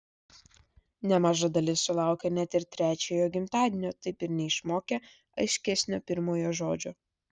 nemaža dalis sulaukia net ir trečiojo gimtadienio taip ir neišmokę aiškesnio pirmojo žodžio